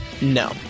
no